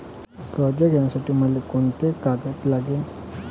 कर्ज घ्यासाठी मले कोंते कागद लागन?